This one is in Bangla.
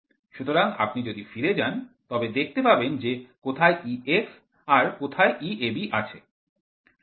সুতরাং আপনি যদি ফিরে যান তবে দেখতে পাবেন যে কোথায় Ex আর কোথায় Eab আছে